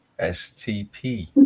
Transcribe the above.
STP